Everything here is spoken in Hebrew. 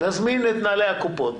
נזמין את מנהלי קופות.